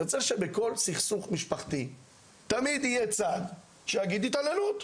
יוצא שבכל סכסוך משפחתי תמיד יהיה צד שיגיד שיש התעללות,